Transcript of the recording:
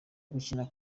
gukina